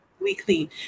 weekly